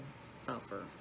suffer